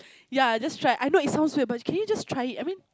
ya just try I know it sounds weird but can you just try it I mean